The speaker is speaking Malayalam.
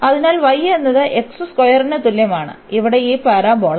അതിനാൽ y എന്നത് ന് തുല്യമാണ് ഇവിടെ ഈ പരാബോള